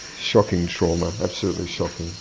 shocking trauma, absolutely shocking.